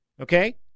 Okay